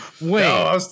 Wait